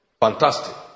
Fantastic